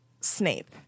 Snape